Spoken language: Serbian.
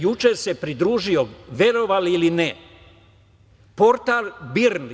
Juče se pridružio, verovali ili ne, portal BIRN.